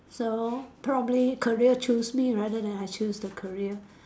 so probably career choose me rather than I choose the career